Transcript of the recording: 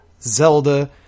Zelda